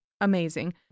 Amazing